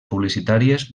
publicitàries